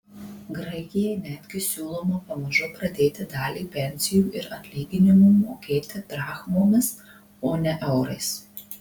graikijai netgi siūloma pamažu pradėti dalį pensijų ir atlyginimų mokėti drachmomis o ne eurais